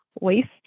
Waste